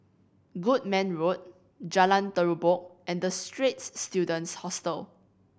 Goodman Road Jalan Terubok and The Straits Students Hostel